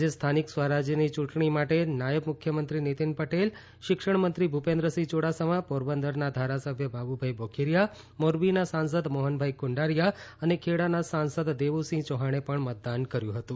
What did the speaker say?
આજે સ્થાનિક સ્વરાજની યૂંટણી માટે નાયબ મુખ્યમંત્રી નિતિન પટેલ શિક્ષણમંત્રી ભૂપેન્દ્રસિંહ યુડાસમા પોરબંદરના ધારાસભ્ય બાબુભાઇ બોખીરીયા મોરબીના સાંસદ મોહનભાઈ કુંડારિયા અને ખેડાના સાંસદ દેવુસિંહ ચૌહાણે મતદાન કર્યું હતું